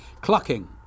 Clucking